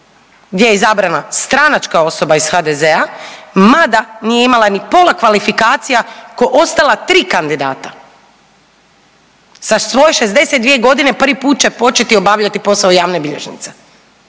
gdje je izabrana stranačka osoba iz HDZ-a mada nije imala ni pola kvalifikacija ko ostala tri kandidata. Sa svoje 62 godine prvi put će početi obavljati posao javne bilježnice.